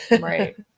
Right